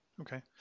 Okay